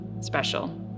special